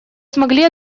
смогли